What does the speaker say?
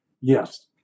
yes